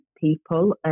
people